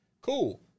Cool